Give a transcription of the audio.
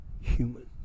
human